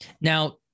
Now